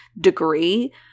degree